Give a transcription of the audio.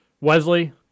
Wesley